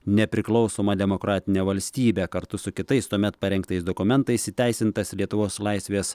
nepriklausomą demokratinę valstybę kartu su kitais tuomet parengtais dokumentais įteisintas lietuvos laisvės